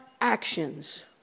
actions